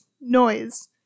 noise